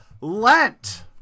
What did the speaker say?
Lent